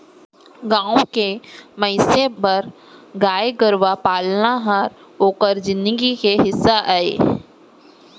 गॉँव के मनसे बर गाय गरूवा पालन हर ओकर जिनगी के हिस्सा अय